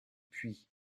puy